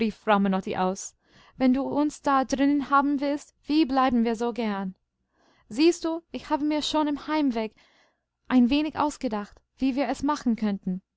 aus wenn du uns da drinnen haben willst wie bleiben wir so gern siehst du ich habe mir schon im heimweg ein wenig ausgedacht wie wir es machen könnten